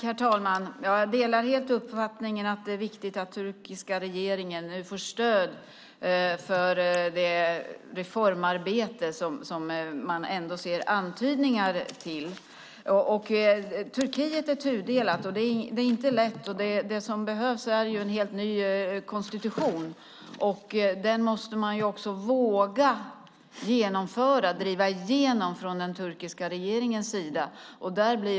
Herr talman! Jag delar helt uppfattningen att det är viktigt att den turkiska regeringen får stöd för det reformarbete som man ser en antydan till. Turkiet är tudelat, och det är inte lätt. Det som behövs är en helt ny konstitution. Den måste man, från den turkiska regeringens sida, våga driva igenom.